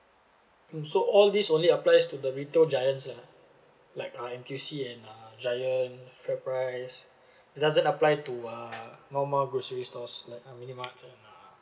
mm so all this only applies to the retail giants uh like uh N_T_U_C and uh giant fairprice it doesn't apply to uh normal grocery stores like uh minimart and uh